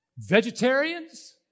Vegetarians